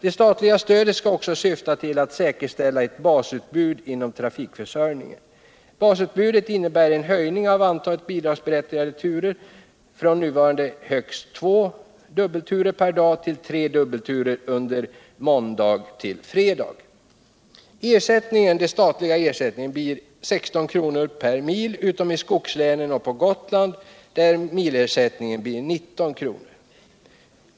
Det statliga stödet skall också syfta till att säkerställa ett basutbud inom trafikförsörjningen. Basutbudet innebär höjning av antalet bidragsberättigade turer från nuvarande högst två dubbelturer per dag till tre dubbelturer under måndag-fredag. Den statliga ersättningen blir 16 kr. per mil utom i skogslänen och på Gotland där milersättningen blir 19 kr.